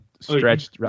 stretched